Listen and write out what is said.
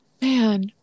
Man